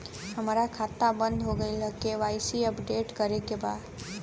हमार खाता बंद हो गईल ह के.वाइ.सी अपडेट करे के बा?